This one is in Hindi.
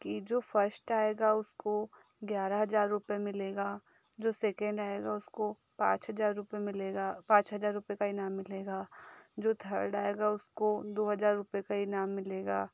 कि जो फश्ट आएगा उसको ग्यारह हज़ार रुपये मिलेगा जो सेकेंड आएगा उसको पाँच हज़ार रुपये मिलेगा पाँच हज़ार रुपये का इनाम मिलेगा जो थर्ड आएगा उसको दो हज़ार रुपये का इनाम मिलेगा